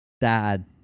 dad